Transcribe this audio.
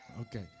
Okay